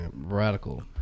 radical